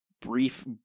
brief